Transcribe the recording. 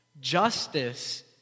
Justice